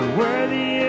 worthy